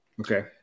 Okay